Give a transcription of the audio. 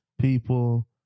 people